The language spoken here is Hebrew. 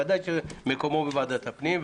בוודאי שמקומו של הדיון היה בוועדת הפנים.